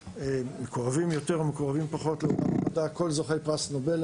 נמצאים באקדמיה כל זוכי פרס נובל,